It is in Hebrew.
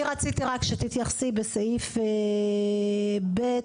אני רציתי רק שתתייחסי בסעיף ב',